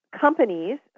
companies